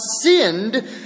sinned